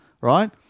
right